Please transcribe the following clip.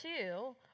two